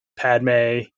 Padme